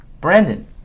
Brandon